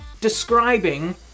Describing